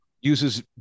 uses